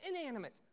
inanimate